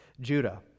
Judah